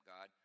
God